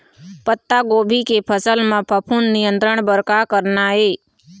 पत्तागोभी के फसल म फफूंद नियंत्रण बर का करना ये?